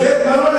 זה היה מושב,